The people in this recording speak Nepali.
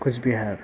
कुचबिहार